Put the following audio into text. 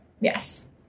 Yes